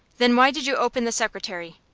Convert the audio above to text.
then why did you open the secretary?